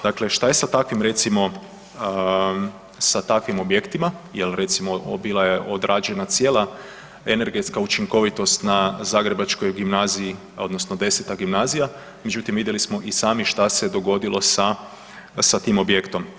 Dakle, šta je sa takvim recimo, sa takvim objektima, jel recimo bila je odrađena cijela energetska učinkovitost na Zagrebačkoj gimnaziji odnosno X. Gimnazija, međutim vidjeli smo i sami šta se dogodilo sa, sa tim objektom.